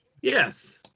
Yes